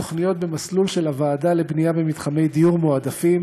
בתוכניות במסלול של הוועדה לבנייה של מתחמי דיור מועדפים,